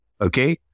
okay